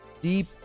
Deep